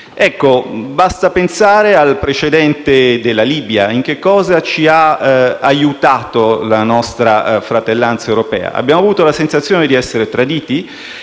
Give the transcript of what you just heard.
Basta pensare al precedente della Libia: in che cosa ci ha aiutato la nostra fratellanza europea? Abbiamo avuto la sensazione di essere traditi